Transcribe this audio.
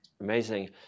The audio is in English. Amazing